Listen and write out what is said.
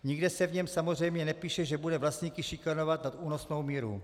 Nikde se v něm samozřejmě nepíše, že bude vlastníky šikanovat nad únosnou míru.